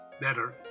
better